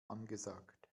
angesagt